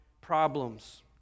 problems